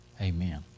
Amen